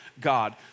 God